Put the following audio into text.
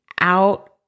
out